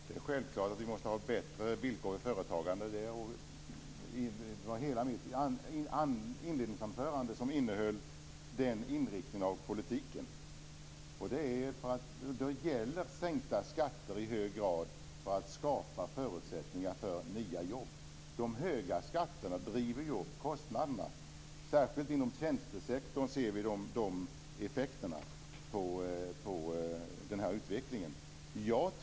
Herr talman! Det är självklart att man måste skapa bättre villkor för företagande. Hela mitt inledningsanförande hade den inriktningen i fråga om politiken. Det gäller i hög grad att sänka skatterna för att man skall kunna skapa förutsättningar för nya jobb. De höga skatterna driver ju upp kostnaderna. Särskilt inom tjänstesektorn kan man se den utvecklingen.